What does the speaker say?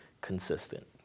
consistent